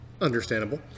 Understandable